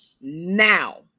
now